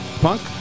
Punk